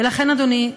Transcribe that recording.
ולכן אדוני,